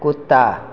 कुत्ता